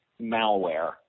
malware